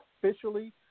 officially